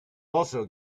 also